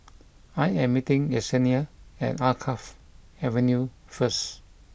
I am meeting Yessenia at Alkaff Avenue first